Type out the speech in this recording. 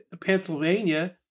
Pennsylvania